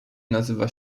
nazywa